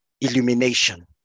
illumination